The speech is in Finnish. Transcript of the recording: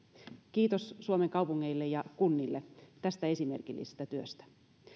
kiitos suomen kaupungeille ja kunnille tästä esimerkillisestä työstä